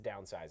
Downsizing